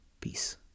Peace